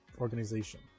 organization